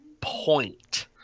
point